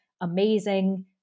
amazing